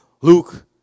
Luke